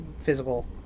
physical